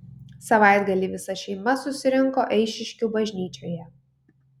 savaitgalį visa šeima susirinko eišiškių bažnyčioje